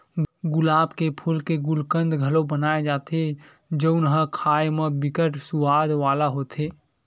गुलाब के फूल के गुलकंद घलो बनाए जाथे जउन ह खाए म बिकट सुवाद वाला होथे